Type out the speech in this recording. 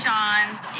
John's